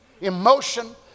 emotion